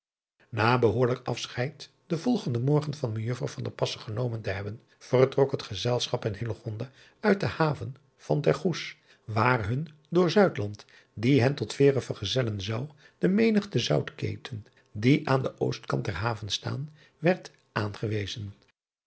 a behoorlijk afscheid den volgenden morgen van ejuffrouw genomen te hebben vertrok het gezelschap en uit de haven van ter oes waar hun door die hen tot eere vergezellen zou de menigte outketen die aan den ostkant der haven staan werd aangewezen